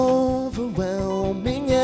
overwhelming